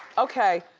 okay,